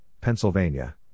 Pennsylvania